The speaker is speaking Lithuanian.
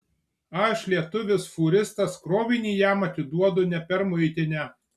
aš lietuvis fūristas krovinį jam atiduodu ne per muitinę